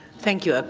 thank you. ah